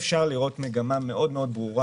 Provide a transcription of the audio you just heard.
אפשר לראות מגמה ברורה מאוד,